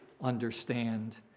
understand